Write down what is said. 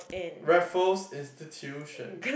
Raffles-Institution